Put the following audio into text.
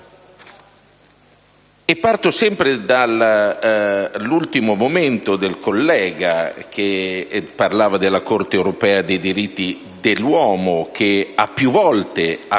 Parto sempre dall'ultimo commento del collega che parlava della Corte europea dei diritti dell'uomo, che ha più volte